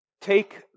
take